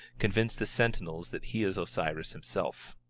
convince the sentinels that he is osiris himself.